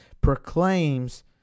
proclaims